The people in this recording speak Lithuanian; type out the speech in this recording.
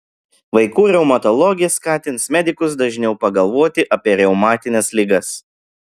vaikų reumatologė skatins medikus dažniau pagalvoti apie reumatines ligas